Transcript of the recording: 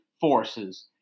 forces